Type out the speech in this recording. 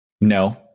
No